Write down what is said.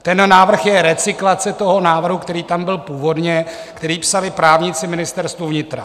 Ten návrh je recyklace toho návrhu, který tam byl původně, který psali právníci Ministerstva vnitra.